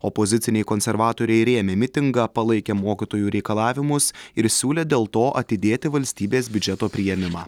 opoziciniai konservatoriai rėmė mitingą palaikė mokytojų reikalavimus ir siūlė dėl to atidėti valstybės biudžeto priėmimą